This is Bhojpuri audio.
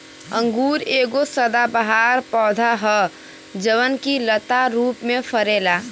अंगूर एगो सदाबहार पौधा ह जवन की लता रूप में फरेला